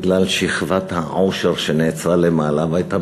בגלל שכבת העושר שנעצרה למעלה והייתה